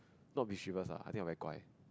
not mischievous ah I think I very guai